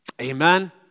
Amen